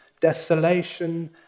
desolation